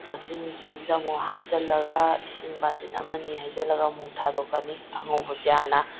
ꯋꯥꯁꯤꯡ ꯃꯦꯆꯤꯟꯁꯤꯗ ꯑꯃꯨꯛ ꯍꯥꯞꯆꯤꯜꯂꯒ ꯏꯁꯤꯡ ꯕꯥꯇꯤꯟ ꯑꯃꯅꯤ ꯍꯩꯖꯤꯜꯂꯒ ꯑꯃꯨꯛ ꯊꯥꯗꯣꯛꯀꯅꯤ ꯑꯉꯧꯕꯁꯤ ꯍꯥꯟꯅ